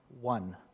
one